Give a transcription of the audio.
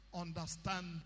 Understand